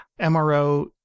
MRO